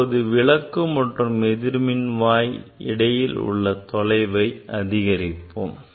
இப்போது விளக்கு மற்றும் எதிர்மின்வாய் இடையில் உள்ள தொலைவை அதிகரிப்போம்